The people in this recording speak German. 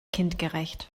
kindgerecht